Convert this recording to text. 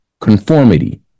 conformity